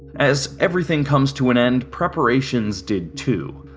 as everything comes to an end, preparations did too.